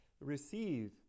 receive